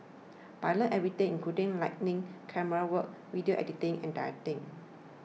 but I learnt everything including lighting camerawork video editing and directing